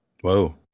Whoa